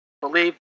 believe